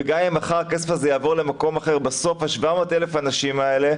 וגם אם הכסף הזה יעבור למקום אחר בסוף ה-700,000 אנשים האלה,